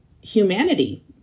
humanity